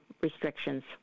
restrictions